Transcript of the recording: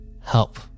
Help